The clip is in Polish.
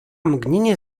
mgnienie